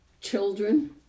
children